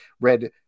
read